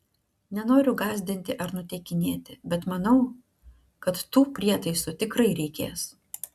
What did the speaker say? nenoriu gąsdinti ar nuteikinėti bet manau kad tų prietaisų tikrai reikės